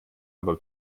aber